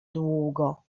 długo